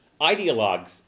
ideologues